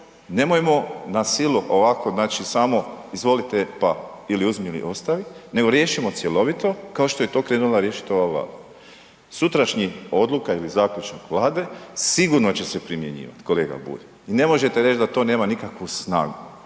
nemojmo na silu ovako znači samo izvolite pa ili uzmi ili ostavi, nego riješimo cjelovito kao što je to krenula riješiti ova Vlada. Sutrašnji odluka ili zaključak Vlade sigurno će se primjenjivati, kolega Bulj i ne možete to reći da to nema nikakvu snagu